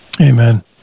Amen